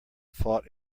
fought